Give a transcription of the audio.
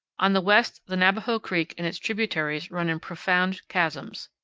on the west the navajo creek and its tributaries run in profound chasms.